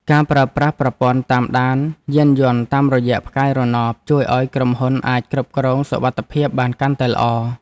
ការប្រើប្រាស់ប្រព័ន្ធតាមដានយានយន្តតាមរយៈផ្កាយរណបជួយឱ្យក្រុមហ៊ុនអាចគ្រប់គ្រងសុវត្ថិភាពបានកាន់តែល្អ។